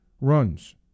runs